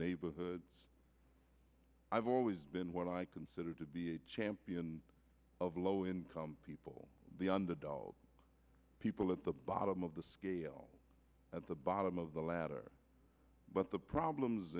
neighborhoods i've always been what i consider to be a champion of low income people the underdog people at the bottom of the scale at the bottom of the ladder but the problems